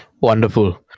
Wonderful